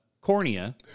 Cornea